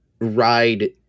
ride